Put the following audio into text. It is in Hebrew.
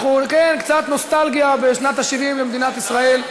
כן, קצת נוסטלגיה בשנת ה-70 למדינת ישראל.